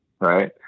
right